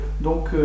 donc